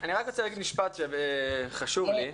אני רק רוצה להגיד משפט שחשוב לי.